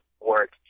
work